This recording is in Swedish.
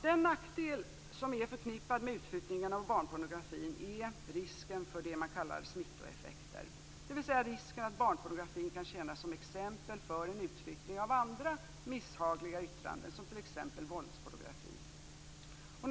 Den nackdel som är förknippad med utflyttningen av barnpornografin är risken för det man kallar smittoeffekter, dvs. risken att barnpornografin kan tjäna som exempel för en utflyttning av andra misshagliga yttranden, som t.ex. våldspornografi.